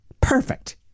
perfect